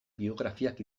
biografiak